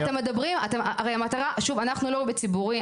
אנחנו לובי ציבורי,